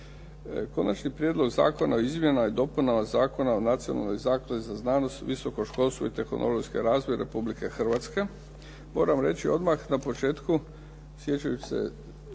Konačni prijedlog zakona o izmjenama i dopunama Zakona o Nacionalnoj zakladi za znanost, visoko školstvo i tehnologijski razvoj Republike Hrvatske, drugo čitanje,